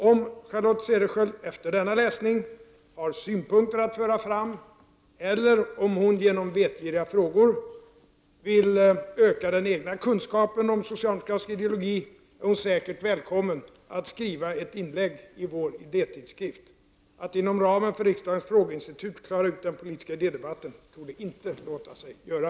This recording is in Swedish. Om Charlotte Cederschiöld efter denna läsning har synpunkter att föra fram eller om hon, genom vetgiriga frågor, vill öka den egna kunskapen om socialdemokratisk ideologi är hon säkert välkommen att skriva ett inlägg i vår idétidskrift. Att inom ramen för riksdagens frågeinstitut klara ut den politiska idédebatten torde inte låta sig göra.